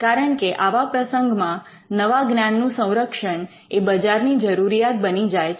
કારણકે આવા પ્રસંગમાં નવા જ્ઞાનનું સંરક્ષણ એ બજારની જરૂરિયાત બની જાય છે